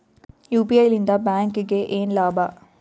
UPI ಲಿಂದ ಬ್ಯಾಂಕ್ಗೆ ಏನ್ ಲಾಭ?